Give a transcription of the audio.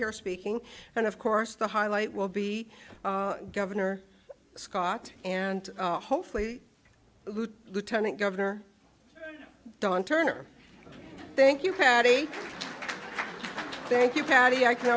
here speaking and of course the highlight will be governor scott and hopefully the lieutenant governor dawn turner thank you patty thank you patty i can